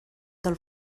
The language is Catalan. del